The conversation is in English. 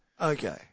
Okay